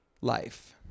life